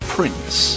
Prince